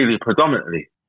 predominantly